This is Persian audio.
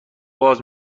باز